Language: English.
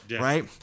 right